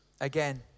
again